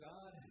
God